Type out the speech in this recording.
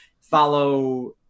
Follow